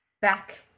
back